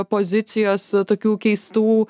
pozicijos tokių keistų